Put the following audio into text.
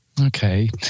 Okay